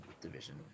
division